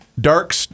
Dark